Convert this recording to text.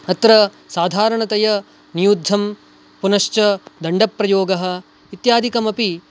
अत्र साधरणतया नियुद्धं पुनश्च दण्डप्रयोगः इत्यादिकमपि